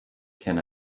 can